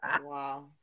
Wow